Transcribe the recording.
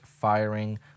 firing